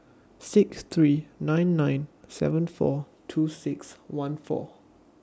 six three nine nine seven four two six one four